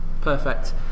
perfect